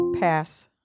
Pass